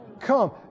come